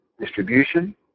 distribution